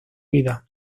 vida